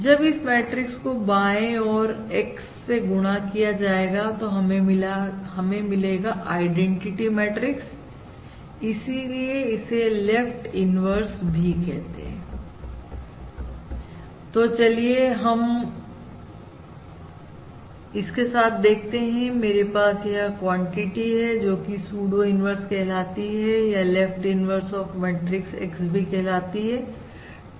जब इस मैट्रिक्स को बाएं और X गुणा किया जाएगा तो हमें मिलेगा आईडेंटिटी मैट्रिक्स इसलिए इसे लेफ्ट इन्वर्स भी कहते हैं तो चलिए हम इसका साथ देखते हैं मेरे पास यह क्वांटिटी है जोकि सुडो इन्वर्स कहलाती है या left inverse of matrix X भी कहलाती है